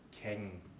king